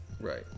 Right